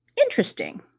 Interesting